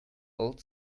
old